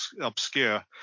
obscure